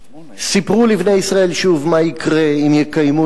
סיפרו לבני ישראל שוב מה יקרה אם יקיימו